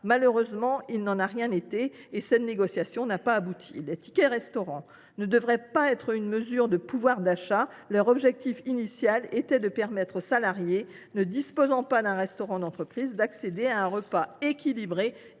Malheureusement, il n’en a rien été, la négociation n’ayant pas abouti. Le ticket restaurant ne devrait pas constituer une mesure de pouvoir d’achat. Son objectif initial était de permettre aux salariés ne disposant pas d’un restaurant d’entreprise d’accéder à un repas équilibré